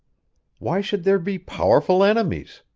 why should there be powerful enemies?